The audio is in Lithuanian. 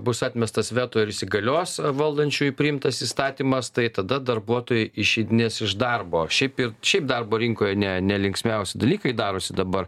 bus atmestas veto ir įsigalios valdančiųjų priimtas įstatymas tai tada darbuotojai išeidinės iš darbo šiaip ir šiaip darbo rinkoje ne ne linksmiausi dalykai darosi dabar